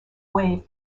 wave